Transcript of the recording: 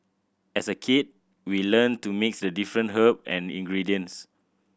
as a kid we learnt to mix the different herb and ingredients